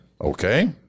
Okay